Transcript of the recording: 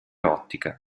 ottica